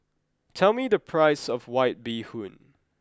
tell me the price of white bee hoon